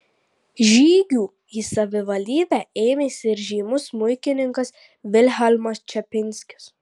žygių į savivaldybę ėmėsi ir žymus smuikininkas vilhelmas čepinskis